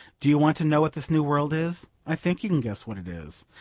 do you want to know what this new world is? i think you can guess what it is.